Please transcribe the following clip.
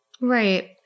Right